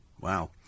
Wow